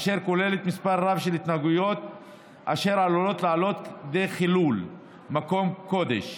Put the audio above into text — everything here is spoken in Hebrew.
אשר כוללת מספר רב של התנהגויות אשר עלולות לעלות לכדי חילול מקום קדוש.